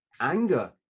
anger